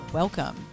welcome